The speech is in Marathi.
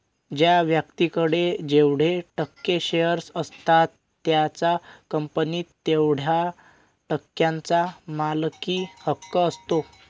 ज्या व्यक्तीकडे जेवढे टक्के शेअर असतात त्याचा कंपनीत तेवढया टक्क्यांचा मालकी हक्क असतो